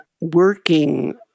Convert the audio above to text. working